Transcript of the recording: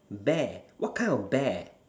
bear what kind of bear